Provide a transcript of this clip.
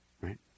right